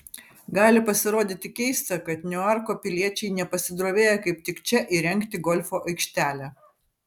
gali pasirodyti keista kad niuarko piliečiai nepasidrovėjo kaip tik čia įrengti golfo aikštelę